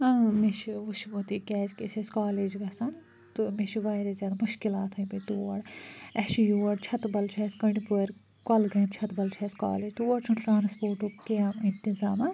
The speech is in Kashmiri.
مےٚ چھِ وُچھمُت یہِ کیٛازِکہِ أسۍ ٲسۍ کالیج گژھان تہٕ مےٚ چھِ واریاہ زیادٕ مُشکِلات آمٕتۍ تور اَسہِ چھِ یور چھَتہٕ بَل چھُ اَسہِ کٔنڈ پورۍ کۄلگٲمہِ چھتہٕ بَل چھُ اَسہِ کالیج تور چھُنہٕ ٹرانَسپوٹُک کینٛہہ اِنتظامَا